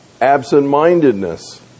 absent-mindedness